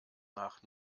nach